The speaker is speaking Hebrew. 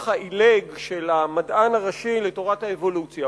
העילג של המדען הראשי לתורת האבולוציה,